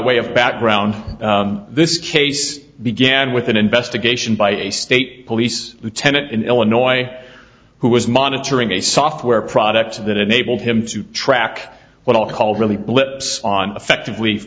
way of background this case began with an investigation by a state police lieutenant in illinois who was monitoring a software product that enabled him to track what i'll call really blips on effectively